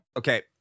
Okay